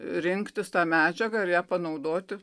rinktis tą medžiagą ir ją panaudoti